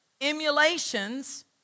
emulations